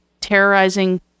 terrorizing